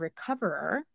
recoverer